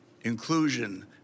inclusion